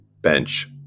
bench